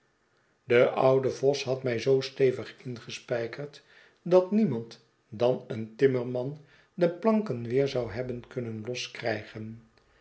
de oude vos had my zoo stevig ingespijkerd dat niemand dan een tim merman de planken weer zou hebben kunnen loskrijgen